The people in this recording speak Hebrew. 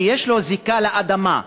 שיש לו זיקה לאדמה.